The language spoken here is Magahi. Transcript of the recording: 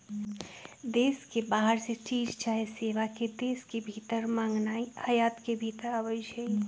देश के बाहर से चीज चाहे सेवा के देश के भीतर मागनाइ आयात के भितर आबै छइ